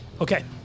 Okay